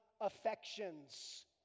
affections